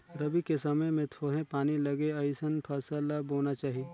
रबी के समय मे थोरहें पानी लगे अइसन फसल ल बोना चाही